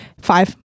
Five